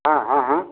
हाँ हाँ हाँ